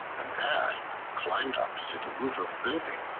an ass climbed up to the roof of a building,